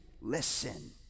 listen